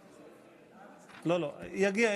לא, יגיע.